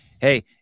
Hey